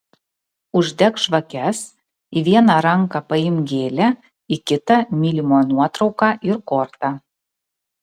uždek žvakes į vieną ranką paimk gėlę į kitą mylimojo nuotrauką ir kortą